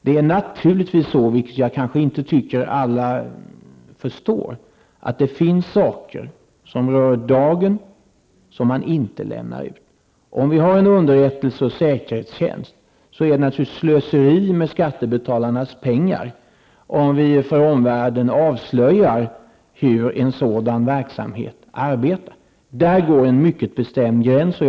Det är naturligtvis så -- vilket jag inte tror att alla förstår -- att det finns saker som rör dagen som man inte lämnar ut. Om man har en underrättelse och säkerhetstjänst är det naturligtvis slöseri med skattebetalarnas pengar om vi för omvärlden avslöjar hur en sådan verksamhet arbetar. Där går en mycket bestämd gräns.